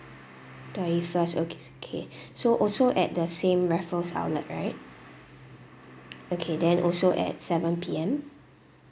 thirty first okay okay so also at the same raffles outlet right okay then also at seven P_M